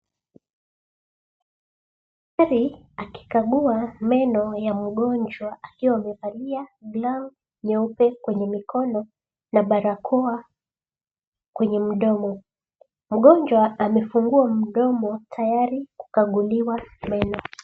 Daktari akikaguaa meno ya mgonjwa akiwa amevalia glove nyeupe kwenye mikono na barakoa kwenye mdomo. Mgonjwa amefungua mdomo tayari kukaguliwa meno.